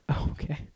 Okay